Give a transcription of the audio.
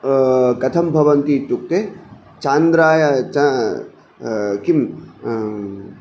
कथं भवन्ति इत्युक्ते चान्द्राय च किं